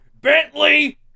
Bentley